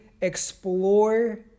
explore